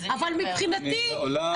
אבל מבחינתי -- אני מעולם,